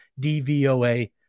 DVOA